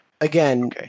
Again